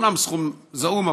אומנם סכום זעום,